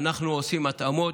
אנחנו עושים התאמות.